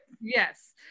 Yes